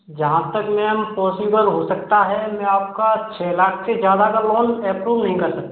जहाँ तक ma'am possible हो सकता है मैं आपका छः लाख से ज़्यादा का लोन एप्रूव नहीं कर सकता